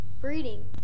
Breeding